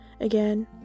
again